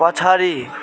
पछाडि